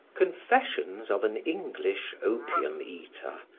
confessions of an english opium-eater,